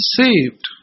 saved